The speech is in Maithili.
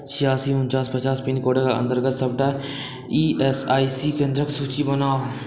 छियासी उनचास पचास पिनकोडके अन्तर्गत सभटा ई एस आइ सी केन्द्रके सूची बनाउ